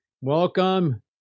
Welcome